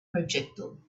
projectile